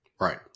right